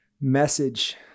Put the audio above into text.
message